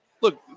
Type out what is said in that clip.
look